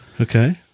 Okay